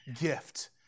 gift